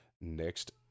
next